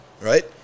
right